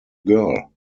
girl